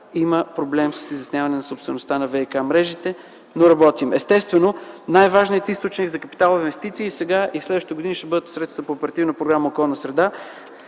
Има проблем с изясняване собствеността на ВиК-мрежите, но работим. Естествено, най-важният източник за капиталови инвестиции сега и през следващите години ще бъдат средствата по оперативна програма „Околна